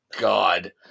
God